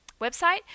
website